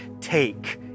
take